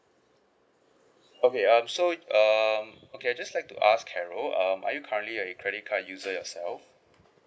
okay um so um okay I'd just like to ask carol um are you currently a credit card user yourself